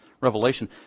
Revelation